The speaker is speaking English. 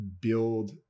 build